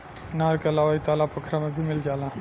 नहर के अलावा इ तालाब पोखरा में भी मिल जाला